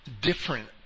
different